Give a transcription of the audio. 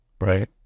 right